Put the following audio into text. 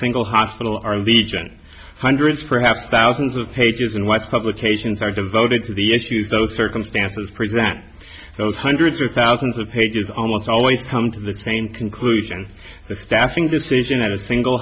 single hospital are legion hundreds perhaps thousands of pages and why publications are devoted to the issues those circumstances present those hundreds or thousands of pages almost always come to the same conclusion the staffing decision at a single